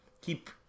keep